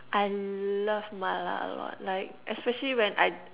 I love Mala a lot like especially when I